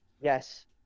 yes